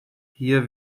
hier